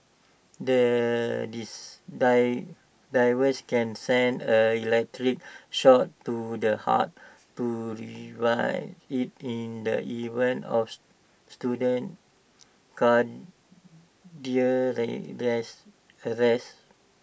the device can send an electric shock to the heart to revive IT in the event of student cardiac rest arrest